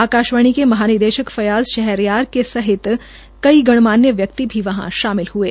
आकाशवाणी के महानिदेशक फैयाज़ शहरयार सहित कई गणमान्य व्यक्ति शामिल हुये